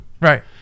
right